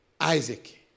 Isaac